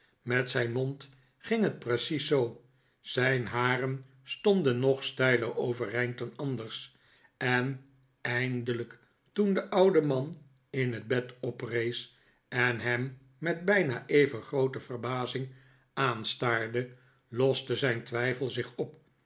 met zijn mond ging het precies zoo zijn haren stonden nog steiler overeind dan anders en eindelijk toen de oude man in het bed oprees en hem met bijna even groote verbazing aanstaarde loste zijn twijfel zich op